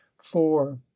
Four